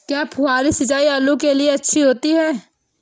क्या फुहारी सिंचाई आलू के लिए अच्छी होती है?